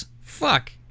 Fuck